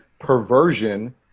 perversion